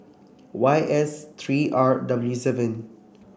Y S three R W seven